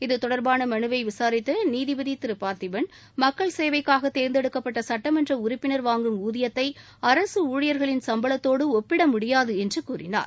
இது தொடர்பான மனுவை விசாரித்த நீதிபதி பார்த்திபன் மக்கள் சேவைக்காக தேர்ந்தெடுக்கப்பட்ட சுட்டமன்ற உறுப்பினர் வாங்கும் ஊதியத்தை அரசு ஊழியர்களின் சும்பளத்தோடு ஒப்பிட முடியாது என்று கூறினார்